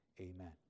amen